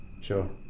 Sure